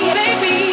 baby